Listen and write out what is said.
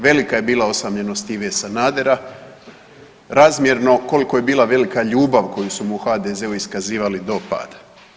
Velika je bila osamljenost Ive Sanadera razmjerno koliko je bila velika ljubav koju su mu u HDZ-u iskazivali do pada.